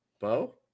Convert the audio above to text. Bo